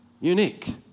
unique